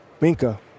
Minka